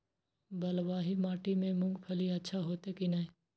बलवाही माटी में मूंगफली अच्छा होते की ने?